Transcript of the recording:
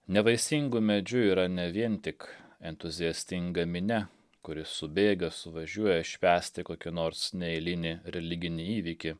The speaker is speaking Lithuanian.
nevaisingu medžiu yra ne vien tik entuziastinga minia kuri subėga suvažiuoja švęsti kokį nors neeilinį religinį įvykį